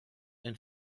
and